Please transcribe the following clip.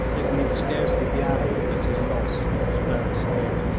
it need scarcely be added that his loss was very severe.